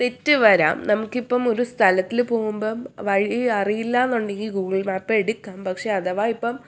തെറ്റ് വരാം നമുക്കിപ്പം ഒരു സ്ഥലത്തിൽ പോകുമ്പം വഴി അറിയില്ല എന്നുണ്ടെങ്കിൽ ഗൂഗിൾ മാപ്പ് എടുക്കാം പക്ഷേ അഥവാ ഇപ്പം